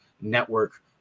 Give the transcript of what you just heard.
Network